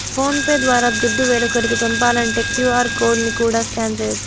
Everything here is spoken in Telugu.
ఫోన్ పే ద్వారా దుడ్డు వేరోకరికి పంపాలంటే క్యూ.ఆర్ కోడ్ ని కూడా స్కాన్ చేయచ్చు